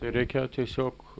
reikėjo tiesiog